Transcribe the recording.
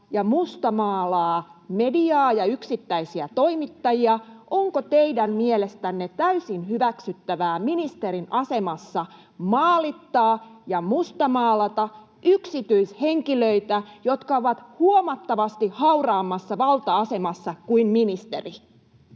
ja mustamaalaa mediaa ja yksittäisiä toimittajia. [Juho Eerolan välihuuto] Onko teidän mielestänne täysin hyväksyttävää ministerin asemassa maalittaa ja mustamaalata yksityishenkilöitä, jotka ovat huomattavasti hauraammassa valta-asemassa kuin ministeri?